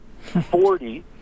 Forty